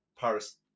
Paris